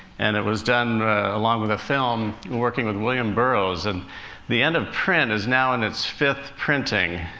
and it was done along with a film, working with william burroughs. and the end of print is now in its fifth printing.